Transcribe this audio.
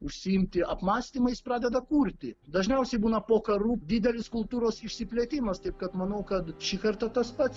užsiimti apmąstymais pradeda kurti dažniausiai būna po karų didelis kultūros išsiplėtimas taip kad manau kad šį kartą tas pats